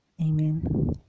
Amen